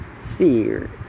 spheres